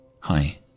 Hi